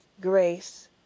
Grace